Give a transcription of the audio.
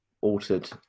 altered